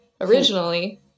originally